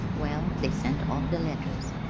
well, they sent off the letters,